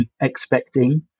Expecting